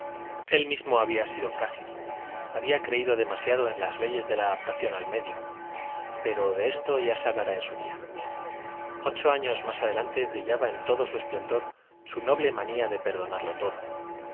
él mismo había sido frágil había creído demasiado en las leyes de la adaptación al medio pero de esto ya se hablará en su día ocho años más adelante brillaba en todo su esplendor su noble manía de perdonarlo todo